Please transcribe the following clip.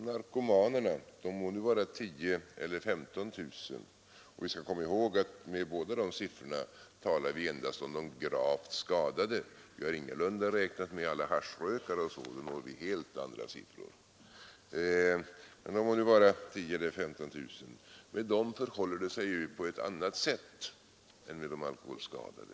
Narkomanerna må vara 10 000 eller 15 000; vi skall komma ihåg att vi med dessa siffror endast talar om de gravt skadade. Vi har ingalunda räknat med alla haschrökare och liknande. Då skulle vi nå helt andra siffror. Med dessa 10 000 eller 15 000 narkomaner förhåller det sig på ett annat sätt än med de alkoholskadade.